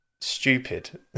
Stupid